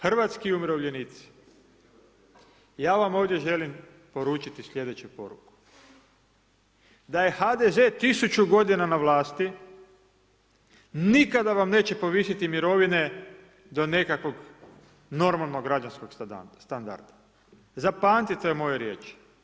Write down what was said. Hrvatski umirovljenici, ja vam ovdje želim poručiti sljedeću poruku, da je HDZ tisuću godina na vlasti nikada vam neće povisiti mirovine do nekakvog normalnog građanskog standarda, zapamtite ove moje riječi.